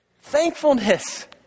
Thankfulness